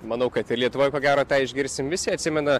manau kad ir lietuvoj ko gero tą išgirsim visi atsimena